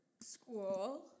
school